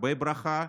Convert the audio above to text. הרבה ברכה,